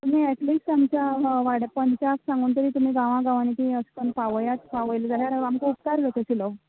तुमी एटलिस्ट आमच्या वार्ड पंचाक सांगून तरी तुमी गांवा गांवांनी ती अशें कोन पावयात पावयल जाल्यार आमकां उपकार जाता आशिल्लो